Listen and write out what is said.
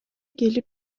келип